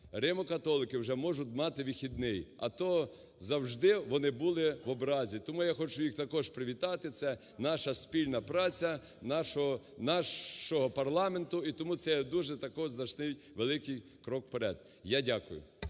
римо-католики вже можуть мати вихідний. А то завжди вони були в образі, тому я також хочу їх привітати, це наша спільна праця, нашого парламенту. І тому це є дуже такий значний, великий крок вперед. Я дякую.